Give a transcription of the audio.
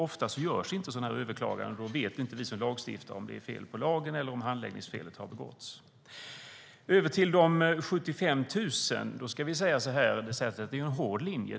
Oftast görs inte några överklaganden, och då vet inte vi som lagstiftar om det är fel på lagen eller om ett handläggningsfel har begåtts. Låt oss gå över till de 75 000. Det sägs att det är en hård linje.